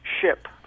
ship